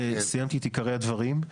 סיימתי את עיקרי הדברים.